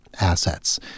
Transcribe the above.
assets